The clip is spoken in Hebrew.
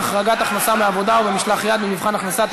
החרגת הכנסה מעבודה או ממשלח-יד ממבחן ההכנסה),